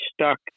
stuck